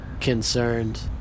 concerned